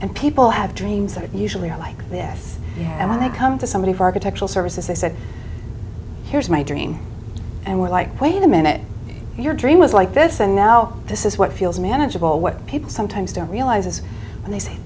and people have dreams that usually are like this and they come to somebody's architectural services they said here's my dream and we're like wait a minute your dream was like this and now this is what feels manageable what people sometimes don't realize is when they s